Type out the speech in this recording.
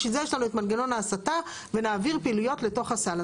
בשביל זה יש לנו את מנגנון ההסטה ונעביר פעילויות לתוך הסל.